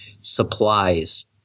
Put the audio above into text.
supplies